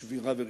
שבירה וריסוק.